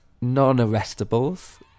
non-arrestables